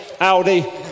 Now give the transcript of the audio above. Audi